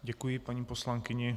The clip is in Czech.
Děkuji paní poslankyni.